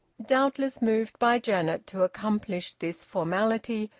doubtless moved by janet to accomplish this formality,